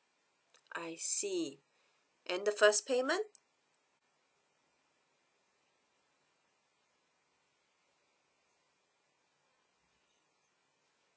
I see and the first payment